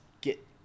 get